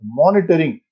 monitoring